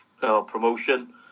Promotion